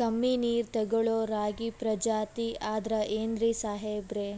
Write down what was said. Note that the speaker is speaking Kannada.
ಕಮ್ಮಿ ನೀರ್ ತೆಗಳೋ ರಾಗಿ ಪ್ರಜಾತಿ ಆದ್ ಏನ್ರಿ ಸಾಹೇಬ್ರ?